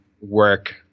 work